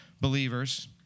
believers